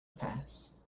pass